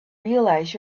realize